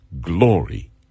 Glory